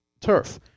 turf